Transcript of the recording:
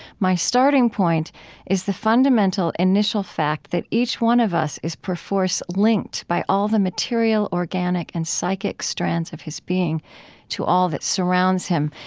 my starting point is the fundamental initial fact that each one of us is perforce linked by all the material, organic and psychic strands of his being to all that surrounds him.